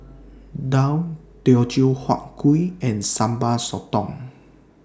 Daal Teochew Huat Kuih and Sambal Sotong